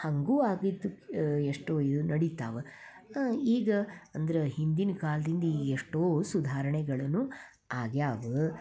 ಹಾಗೂ ಆಗಿದ್ದು ಎಷ್ಟೋ ಇದು ನಡಿತಾವೆ ಈಗ ಅಂದ್ರೆ ಹಿಂದಿನ ಕಾಲ್ದಿಂದ ಈಗ ಎಷ್ಟೋ ಸುಧಾರಣೆಗಳೂನು ಆಗ್ಯಾವೆ